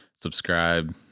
subscribe